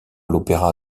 l’opéra